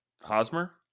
Hosmer